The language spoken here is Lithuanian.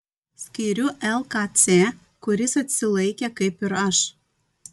skiriu lkc kuris atsilaikė kaip ir aš